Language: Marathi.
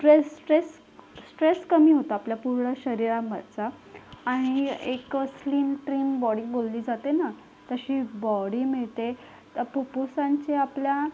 ट्रेस ट्रेस स्ट्रेस कमी होतो आपल्या पूर्ण शरीराचा आणि एक स्लिम ट्रिम बॉडी बोलली जाते ना तशी बॉडी मिळते त्या फुप्फुसांची आपल्या